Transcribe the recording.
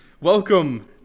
Welcome